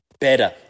better